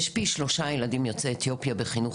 יש פי שלושה ילדים יוצאי אתיופיה בחינוך